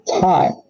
time